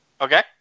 Okay